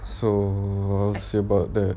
so how about the